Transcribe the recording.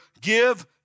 give